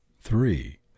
three